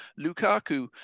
Lukaku